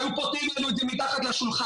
היו פותרים לנו את זה מתחת לשולחן.